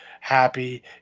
happy